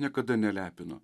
niekada nelepino